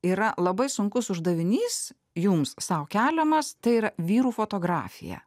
yra labai sunkus uždavinys jums sau keliamas tai yra vyrų fotografija